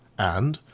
and,